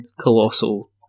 Colossal